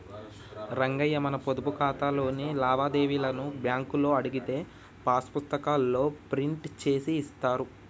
రంగయ్య మన పొదుపు ఖాతాలోని లావాదేవీలను బ్యాంకులో అడిగితే పాస్ పుస్తకాల్లో ప్రింట్ చేసి ఇస్తారు